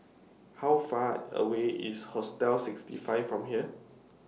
How Far away IS Hostel sixty five from here